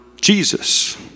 Jesus